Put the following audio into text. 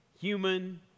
human